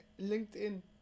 LinkedIn